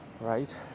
Right